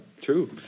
true